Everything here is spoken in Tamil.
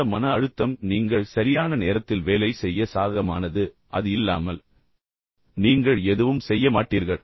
அந்த மன அழுத்தம் நீங்கள் சரியான நேரத்தில் வேலை செய்ய சாதகமானது அது இல்லாமல் நீங்கள் எதுவும் செய்ய மாட்டீர்கள்